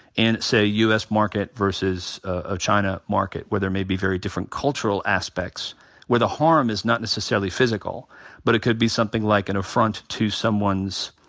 in say a u s. market versus a china market where there may be very different cultural aspects where the harm is not necessarily physical but it could be something like an affront to someone's